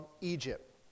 Egypt